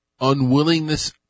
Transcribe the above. unwillingness